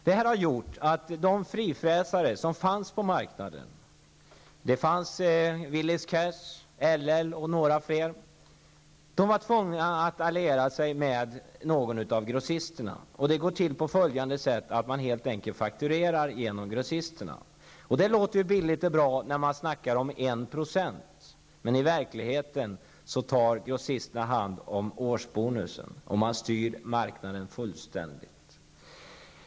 Det har gjort att de frifräsare som fanns på marknaden -- Willys Cash, LL och några fler -- var tvungna att alliera sig med någon av grossisterna. Det går till så att man helt enkelt fakturerar genom grossisterna. Det låter billigt och bra när man pratar om 1 %. Men i verkligheten tar grossisterna hand om årsbonusen och styr marknaden fullständigt.